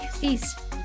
Peace